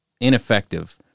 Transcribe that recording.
ineffective